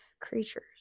creatures